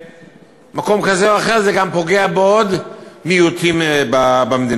שבמקום כזה או אחר זה גם פוגע בעוד מיעוטים במדינה.